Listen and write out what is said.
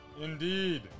Indeed